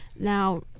Now